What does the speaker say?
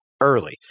early